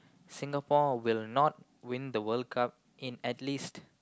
Singapore will not win the World-Cup in at least